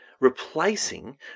Replacing